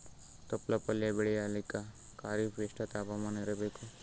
ತೊಪ್ಲ ಪಲ್ಯ ಬೆಳೆಯಲಿಕ ಖರೀಫ್ ಎಷ್ಟ ತಾಪಮಾನ ಇರಬೇಕು?